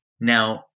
Now